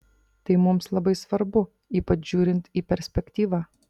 tai mums labai svarbu ypač žiūrint į perspektyvą